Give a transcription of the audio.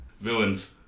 Villains